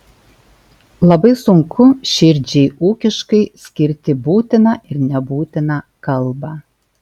labai sunku širdžiai ūkiškai skirti būtiną ir nebūtiną kalbą